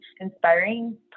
inspiring